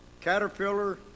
caterpillar